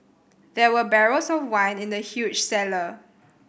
there were barrels of wine in the huge cellar